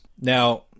Now